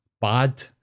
bad